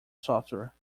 software